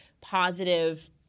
positive